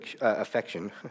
affection